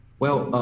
well